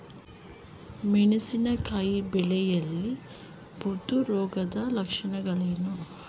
ಮೆಣಸಿನಕಾಯಿ ಬೆಳೆಯಲ್ಲಿ ಬೂದು ರೋಗದ ಲಕ್ಷಣಗಳೇನು?